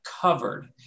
Covered